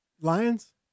Lions